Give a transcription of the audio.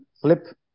flip